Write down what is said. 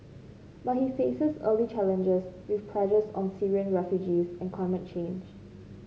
but he faces early challenges with pledges on Syrian refugees and climate change